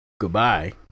goodbye